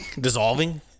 Dissolving